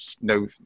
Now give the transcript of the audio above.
no